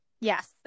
Yes